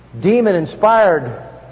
demon-inspired